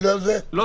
פה לא,